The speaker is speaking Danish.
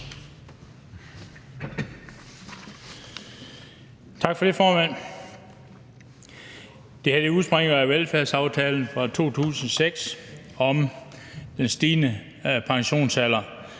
Tak for det, formand. Det her udspringer af velfærdsaftalen fra 2006 om den stigende pensionsalder.